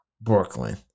Brooklyn